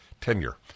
tenure